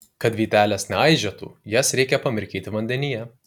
kad vytelės neaižėtų jas reikia pamirkyti vandenyje